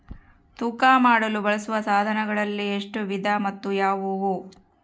ತೂಕ ಮಾಡಲು ಬಳಸುವ ಸಾಧನಗಳಲ್ಲಿ ಎಷ್ಟು ವಿಧ ಮತ್ತು ಯಾವುವು?